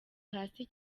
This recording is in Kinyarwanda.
hasi